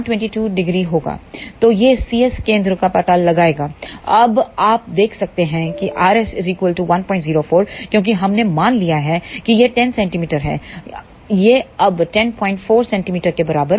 तो यह C S केंद्र का पता लगाएगा अब आप देख सकते हैं rS 104 क्योंकि हमने मान लिया है कि यह 10 cm है यह अब 104 cm के बराबर होगा